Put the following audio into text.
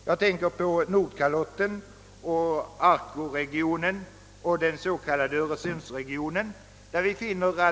Jag tänker på Nordkalotten, arktoregionen och öresundsregionen.